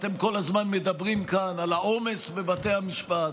אתם כל הזמן מדברים כאן על העומס בבתי המשפט.